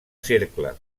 cercle